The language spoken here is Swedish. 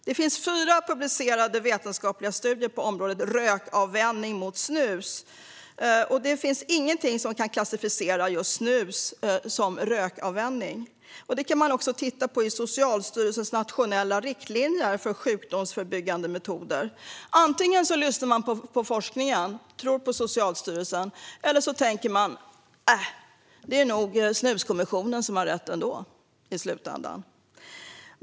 Det finns fyra publicerade vetenskapliga studier på området rökavvänjning med snus, och det finns ingenting som visar att just snus kan klassificeras som rökavvänjningsmetod. Det kan man också se i Socialstyrelsens nationella riktlinjer för sjukdomsförebyggande metoder. Antingen lyssnar man på forskningen och tror på Socialstyrelsen, eller så tänker man: Äh, det är nog Snuskommissionen som har rätt ändå i slutändan.